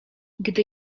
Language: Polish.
gdy